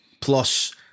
Plus